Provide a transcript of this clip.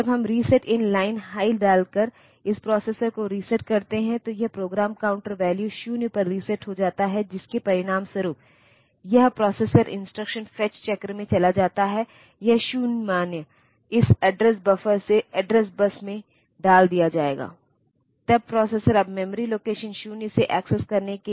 जब हम प्रोग्राम लिख रहे होते हैं तो एक संभावना यह होती है कि हम प्रोग्राम को C या C जैसी हाई लेवल लैंग्वेज में लिखते हैं और फिर हमें एक ट्रांसलेटर मिला है जो इसे प्रोसेसर की मशीन लैंग्वेज में अनुवाद करेगा